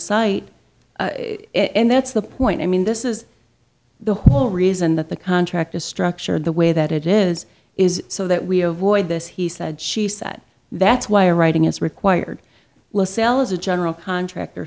site and that's the point i mean this is the whole reason that the contract is structured the way that it is is so that we avoid this he said she said that's why writing is required as a general contractor